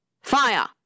Fire